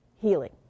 healing